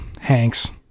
Hanks